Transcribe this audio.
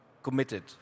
committed